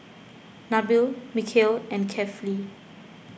Nabil Mikhail and Kefli